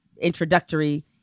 introductory